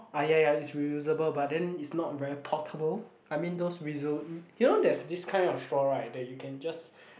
ah ya ya it's reusable but then it's not very portable I mean those reuse you know there's this kind of straw right that you can just